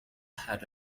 had